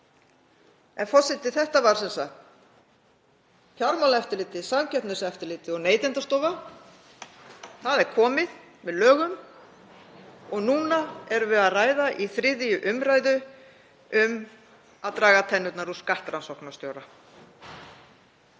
Forseti. Þetta var sem sagt Fjármálaeftirlitið, Samkeppniseftirlitið og Neytendastofa, það er komið með lögum. Nú erum við að ræða í 3. umr. um að draga tennurnar úr skattrannsóknarstjóra.